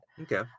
Okay